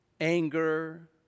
anger